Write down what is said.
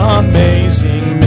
amazing